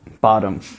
Bottom